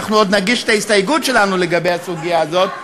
אנחנו עוד נגיש את ההסתייגות שלנו לגבי הסוגיה הזאת,